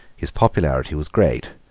his popularity was great,